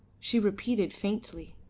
she repeated faintly.